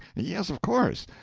yes, of course.